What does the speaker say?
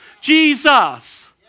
Jesus